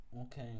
Okay